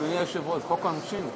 אדוני היושב-ראש, חוק העונשין.